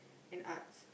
and arts